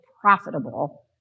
profitable